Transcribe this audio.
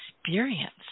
experience